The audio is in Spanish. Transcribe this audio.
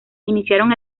iniciaron